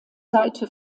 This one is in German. seite